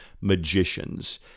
magicians